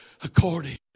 According